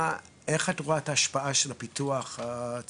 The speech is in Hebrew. איך את רואה את ההשפעה של הפיתוח הצפוי,